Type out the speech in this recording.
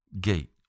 gate